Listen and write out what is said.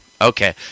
Okay